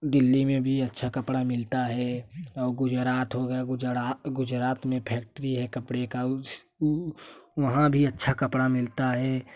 दिल्ली में भी अच्छा कपड़ा मिलता हैं और गुजरात हो गया गुजरात गुजरात में फैक्ट्री हैं कपड़े का उस उ वहाँ भी अच्छा कपड़ा मिलता हैं